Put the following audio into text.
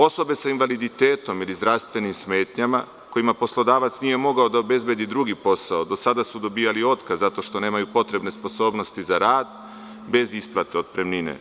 Osobe sa invaliditetom ili zdravstvenim smetnjama kojima poslodavac nije mogao da obezbedi drugi posao, do sada su dobijali otkaz zato što nemaju potrebne sposobnosti za rad, bez isplate otpremnine.